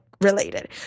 related